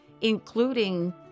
including